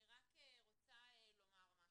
אני רק רוצה לומר משהו.